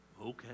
Okay